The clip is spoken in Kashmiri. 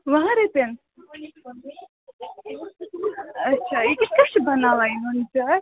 وُہَن رۄپیَن اَچھا یہِ کِتھٕ پٲٹھۍ چھِ بَناوان یہِ نُن چاے